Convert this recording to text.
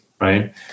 right